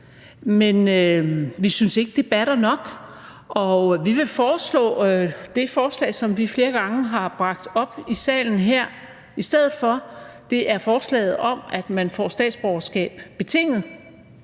Men vi synes ikke, at det batter nok, og vi vil foreslå det, som vi flere gange har bragt op som et forslag her i salen, og det er forslaget om, at man får statsborgerskab betinget